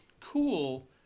cool